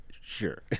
Sure